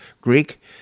Greek